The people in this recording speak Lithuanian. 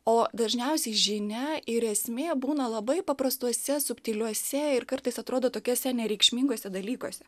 o dažniausiai žinia ir esmė būna labai paprastuose subtiliuose ir kartais atrodo tokiuose nereikšminguose dalykuose